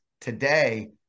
today